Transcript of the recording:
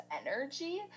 energy